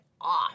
off